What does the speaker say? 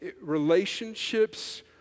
Relationships